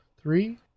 Three